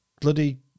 bloody